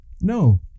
No